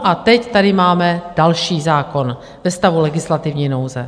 A teď tady máme další zákon ve stavu legislativní nouze.